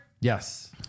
Yes